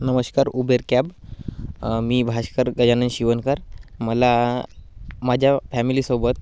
नमस्कार Uber cab मी भाष्कर गजानन शिवनकर मला माझ्या फॅमिलीसोबत